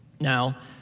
Now